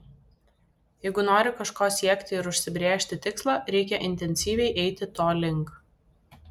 jeigu nori kažko siekti ir užsibrėžti tikslą reikia intensyviai eiti to link